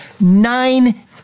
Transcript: nine